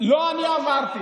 לא אני אמרתי.